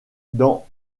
dans